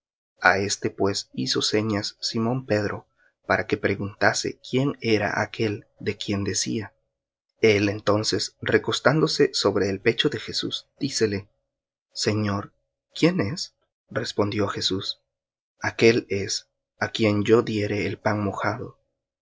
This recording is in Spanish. a éste pues hizo señas simón pedro para que preguntase quién era aquél de quien decía el entonces recostándose sobre el pecho de jesús dícele señor quién es respondió jesús aquél es á quien yo diere el pan mojado